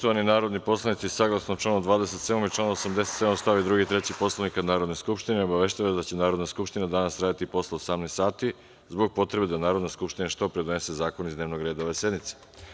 Poštovani narodni poslanici saglasno članu 27. i članu 87. st. 2. i 3. Poslovnika Narode skupštine, obaveštavam vas da će Narodna skupština danas raditi i posle 18.00 sati, zbog potrebe da Narodna skupština što pre donese zakone iz dnevnog reda ovde sednice.